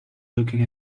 looking